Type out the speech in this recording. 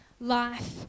life